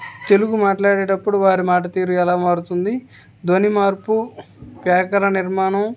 తెలుగు మాట్లాడేటప్పుడు వారి మాట తీరు ఎలా మారుతుంది ధ్వని మార్పు వ్యాకర నిర్మాణం